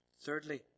Thirdly